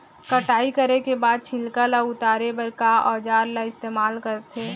कटाई करे के बाद छिलका ल उतारे बर का औजार ल इस्तेमाल करथे?